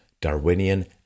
Darwinian